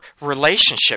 relationship